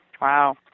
Wow